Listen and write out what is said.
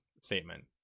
statement